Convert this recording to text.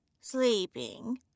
Sleeping